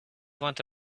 wanna